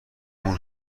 اون